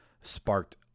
sparked